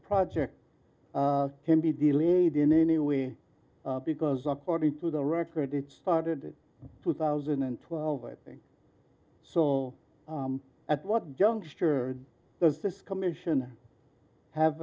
project can be delayed in any way because according to the record it started two thousand and twelve it so at what juncture does this commission have